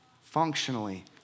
functionally